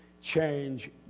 change